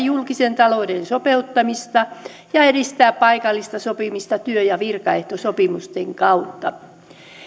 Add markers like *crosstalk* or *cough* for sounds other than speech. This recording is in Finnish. *unintelligible* julkisen talouden sopeuttamista ja edistää paikallista sopimista työ ja virkaehtosopimusten kautta